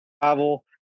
travel